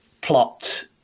plot